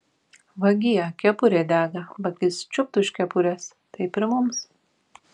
vagie kepurė dega vagis čiupt už kepurės taip ir mums